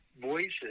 voices